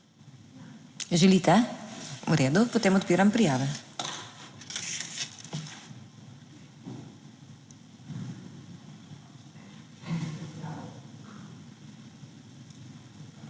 Želite? V redu, potem odpiram prijave.